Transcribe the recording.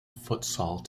futsal